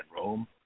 rome